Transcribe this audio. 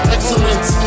Excellence